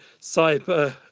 cyber